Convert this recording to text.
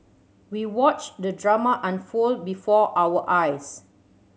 we watched the drama unfold before our eyes